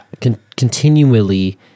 continually